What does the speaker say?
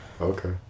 okay